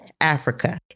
Africa